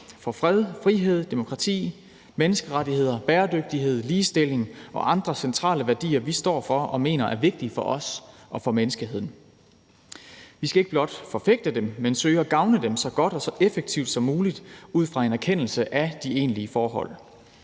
for fred, frihed, demokrati, menneskerettigheder, bæredygtighed, ligestilling og andre centrale værdier, vi står for og mener er vigtige for os og for menneskeheden. Vi skal ikke blot forfægte dem, men søge at gavne dem så godt og så effektivt som muligt ud fra en erkendelse af de egentlige forhold.